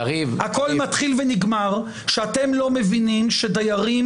הכול מתחיל ונגמר בזה שאתם לא מבינים שדיירים